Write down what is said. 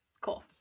Cool